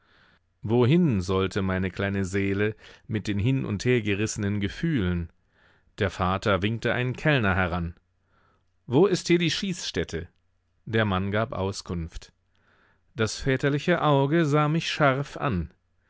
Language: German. wohin sollte meine kleine seele mit den hin und her gerissenen gefühlen der vater winkte einen kellner heran wo ist hier die schießstätte der mann gab auskunft das väterliche auge sah mich scharf an